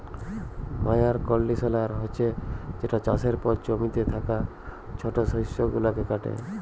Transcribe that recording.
ময়ার কল্ডিশলার হছে যেট চাষের পর জমিতে থ্যাকা ছট শস্য গুলাকে কাটে